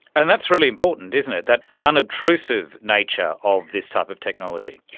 and that's really important, isn't it, that unobtrusive nature of this type of technology.